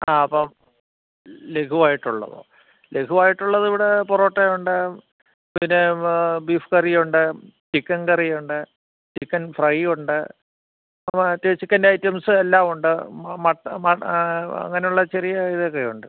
ആ അപ്പം ലഖുവായിട്ട് ഉള്ളതോ ലഖുവായിട്ടുള്ളത് ഇവിടെ പെറോട്ട ഉണ്ട് പിന്നെ ബീഫ് കറി ഉണ്ട് ചിക്കൻ കറി ഉണ്ട് ചിക്കൻ ഫ്രൈ ഉണ്ട് മറ്റ് ചിക്കൻറെ ഐറ്റംസ് എല്ലാം ഉണ്ട് മ മട്ട അങ്ങനെയുള്ള ചെറിയ ഇതൊക്കെ ഉണ്ട്